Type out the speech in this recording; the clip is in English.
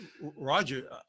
Roger